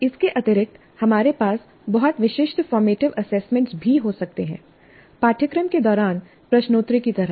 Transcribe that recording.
इसके अतिरिक्त हमारे पास बहुत विशिष्ट फॉर्मेटिव एसेसमेंट भी हो सकते हैं पाठ्यक्रम के दौरान प्रश्नोत्तरी की तरह